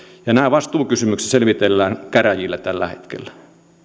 ja nämä vastuukysymykset selvitellään käräjillä tällä hetkellä